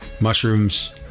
mushrooms